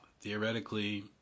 Theoretically